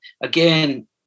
again